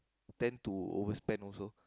tend to overspend also